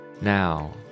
Now